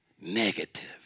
Negative